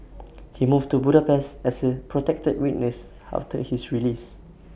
he moved to Budapest as A protected witness after his release